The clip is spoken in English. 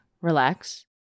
relax